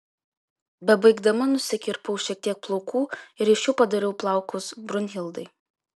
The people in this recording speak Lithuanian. bebaigdama nusikirpau šiek tiek plaukų ir iš jų padariau plaukus brunhildai